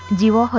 zero